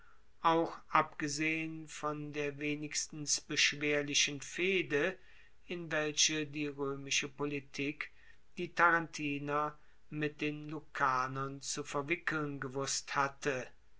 auch abgesehen von der wenigstens beschwerlichen fehde in welche die roemische politik die tarentiner mit den lucanern zu verwickeln gewusst hatte